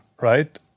right